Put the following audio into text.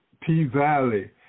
P-Valley